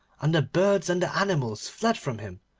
and the birds and the animals fled from him,